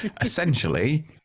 essentially